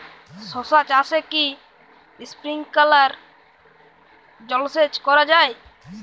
শশা চাষে কি স্প্রিঙ্কলার জলসেচ করা যায়?